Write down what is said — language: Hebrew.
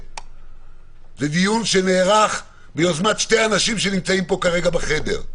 זה דיון שנערך ביוזמת שני אנשים שנמצאים פה כרגע בחדר,